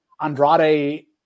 Andrade